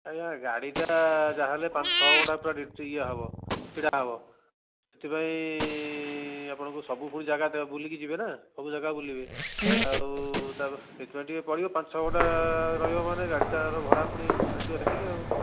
ଆଜ୍ଞା ଗାଡ଼ିଟା ଯାହାହେଲେ ପାଞ୍ଚ ଛଅ ଘଣ୍ଟା ପୁରା ଇଏ ହେବ ଛିଡ଼ା ହେବ ସେଥିପାଇଁ ଆପଣଙ୍କୁ ସବୁ ପୁଣି ଜାଗା ବୁଲିକି ଯିବେ ନା ସବୁ ଜାଗା ବୁଲିବେ ଆଉ ତା'ପରେ ସେଥିପାଇଁ ଟିକିଏ ପଡ଼ିବ ପାଞ୍ଚ ଛଅ ଘଣ୍ଟା ରହିବ ମାନେ ଗାଡ଼ିଟାର ଭଡ଼ା ପୁଣି ଆସିବ ସେତିକି ଆଉ